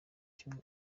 kimwe